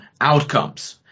Outcomes